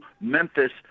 Memphis